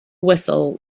whistle